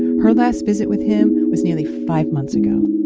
her last visit with him was nearly five months ago.